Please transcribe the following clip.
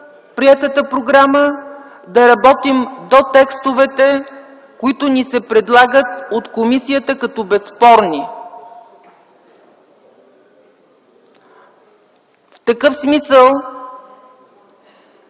приетата програма, да работим до текстовете, които ни се предлагат от комисията като безспорни. В такъв смисъл